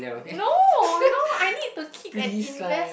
no no I need to keep an invest